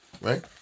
right